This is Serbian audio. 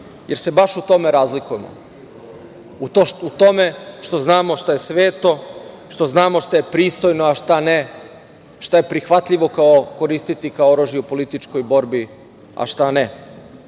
jer se baš u tome razlikujemo, u tome što znamo šta je sveto, što znamo šta je pristojno, a šta ne, šta je prihvatljivo koristiti kao oružje u političkog borbi, a šta ne.